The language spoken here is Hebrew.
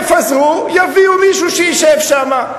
יפזרו, יביאו מישהו שישב שם.